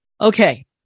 Okay